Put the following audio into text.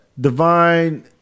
Divine